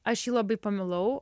aš jį labai pamilau